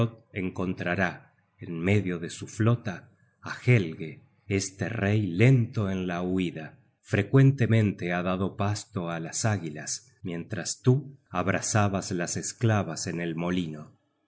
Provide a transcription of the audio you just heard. encontrará en medio de su flota á helge este rey lento en la huida frecuentemente ha dado pasto á las águilas mientras tú abrazabas las esclavas en el molino